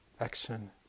action